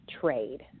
trade